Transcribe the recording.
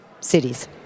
cities